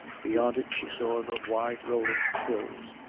beyond it she saw the wide rolling hills,